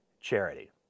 charity